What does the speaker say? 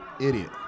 Idiot